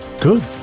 Good